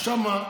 עכשיו מה?